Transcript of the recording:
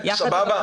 סבבה,